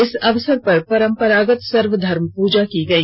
इस अवसर पर परम्परागत सर्वधर्म प्रजा की गई